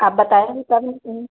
आप बताएँगे